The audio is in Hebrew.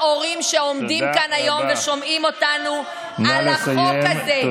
ההורים שעומדים כאן היום ושומעים אותנו מדברים על החוק הזה,